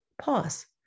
pause